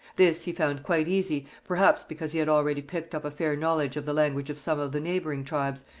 this he found quite easy, perhaps because he had already picked up a fair knowledge of the language of some of the neighbouring tribes,